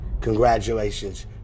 Congratulations